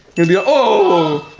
gonna be, ah oh.